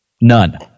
None